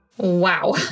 Wow